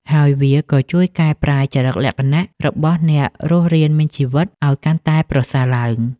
ហើយវាក៏ជួយកែប្រែចរិតលក្ខណៈរបស់អ្នករស់រានមានជីវិតឱ្យកាន់តែប្រសើរឡើង។